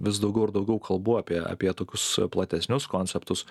vis daugiau ir daugiau kalbu apie apie tokius platesnius konceptus